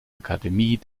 akademie